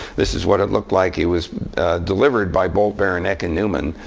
this is what it looked like. it was delivered by bolt, baranek, and newman,